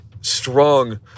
strong